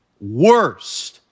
worst